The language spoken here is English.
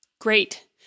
Great